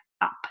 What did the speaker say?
up